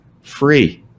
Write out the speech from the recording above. free